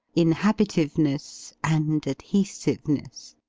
inhabitiveness, and adhesiveness!